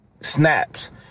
snaps